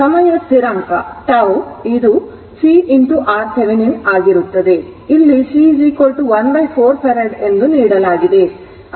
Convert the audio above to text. ಇಲ್ಲಿ c1 4 Farad ಎಂದು ನೀಡಲಾಗುತ್ತದೆ